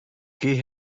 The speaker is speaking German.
geh